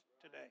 today